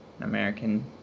American